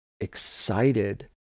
excited